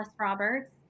Roberts